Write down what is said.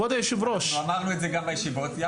אנחנו אמרנו את זה גם בישיבות.